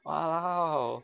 !walao!